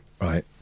right